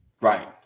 Right